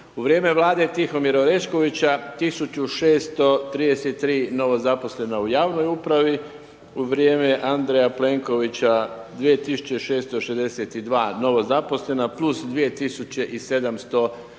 U vrijeme vlade Tihomira Oreškovića 1.633 novozaposlena u javnoj upravi, u vrijeme Andreja Plenkovića 2.662 novozaposlena plus 2.700